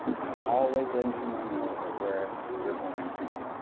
and of always letting someone know of where you're going to be.